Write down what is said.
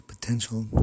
potential